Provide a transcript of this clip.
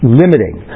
limiting